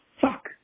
fuck